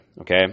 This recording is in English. Okay